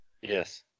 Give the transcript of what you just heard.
yes